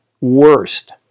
worst